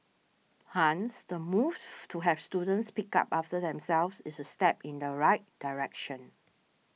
hence the moves to have students pick up after themselves is a step in the right direction